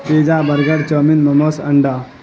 pizza burger chowmein momos انڈا